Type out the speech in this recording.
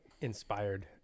inspired